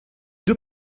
deux